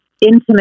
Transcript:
intimate